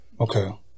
okay